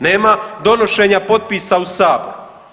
Nema donošenja potpisa u Sabor.